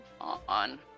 on